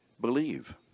believe